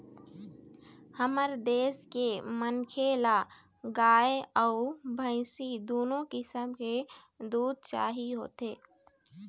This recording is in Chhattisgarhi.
हमर देश के मनखे ल गाय अउ भइसी दुनो किसम के दूद चाही होथे